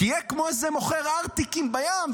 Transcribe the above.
תהיה כמו איזה מוכר ארטיקים בים,